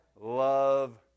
love